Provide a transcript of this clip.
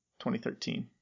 2013